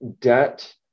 Debt